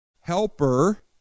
helper